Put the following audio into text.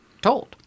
told